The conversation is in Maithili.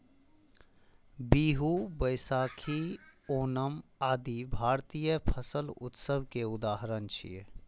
बीहू, बैशाखी, ओणम आदि भारतीय फसल उत्सव के उदाहरण छियै